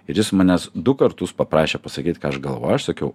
ir jis manęs du kartus paprašė pasakyt ką aš galvojau aš sakiau